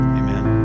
amen